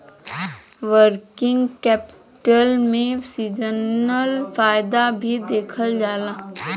working capital में seasonal फायदा भी देखल जाला